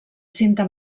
cinta